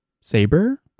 Saber